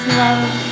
love